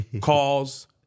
calls